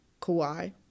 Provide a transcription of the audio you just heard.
Kawhi